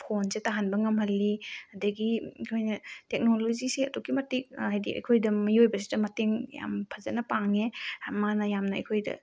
ꯐꯣꯟꯁꯦ ꯇꯥꯍꯟꯕ ꯉꯝꯍꯜꯂꯤ ꯑꯗꯒꯤ ꯑꯩꯈꯣꯏꯅ ꯇꯦꯛꯅꯣꯂꯣꯖꯤꯁꯦ ꯑꯗꯨꯛꯀꯤ ꯃꯇꯤꯛ ꯍꯥꯏꯗꯤ ꯑꯩꯈꯣꯏꯗ ꯃꯤꯑꯣꯏꯕꯁꯤꯗ ꯃꯇꯦꯡ ꯌꯥꯝ ꯐꯖꯅ ꯄꯥꯡꯉꯦ ꯃꯥꯅ ꯌꯥꯝꯅ ꯑꯩꯈꯣꯏꯗ